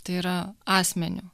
tai yra asmeniu